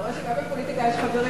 אתה רואה שגם בפוליטיקה יש חברים?